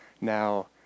now